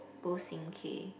go sing K